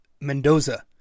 Mendoza